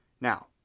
Now